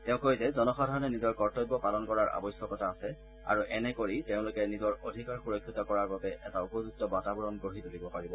তেওঁ কয় যে জনসাধাৰণে নিজৰ কৰ্তব্য পালন কৰাৰ আৱশ্যকতা আছে আৰু এনে কৰি তেওঁলোকে নিজৰ অধিকাৰ সুৰক্ষিত কৰাৰ বাবে এটা উপযুক্ত বাতাবৰণ গঢ়ি তুলিব পাৰিব